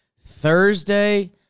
Thursday